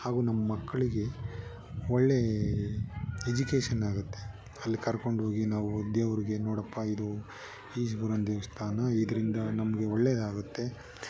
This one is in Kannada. ಹಾಗೂ ನಮ್ಮ ಮಕ್ಳಿಗೆ ಒಳ್ಳೆಯ ಎಜ್ಯುಕೇಷನಾಗುತ್ತೆ ಅಲ್ಲಿ ಕರ್ಕೊಂಡೋಗಿ ನಾವು ದೇವರಿಗೆ ನೋಡಪ್ಪ ಇದು ಈಶ್ವರನ ದೇವಸ್ಥಾನ ಇದರಿಂದ ನಮಗೆ ಒಳ್ಳೆಯದಾಗುತ್ತೆ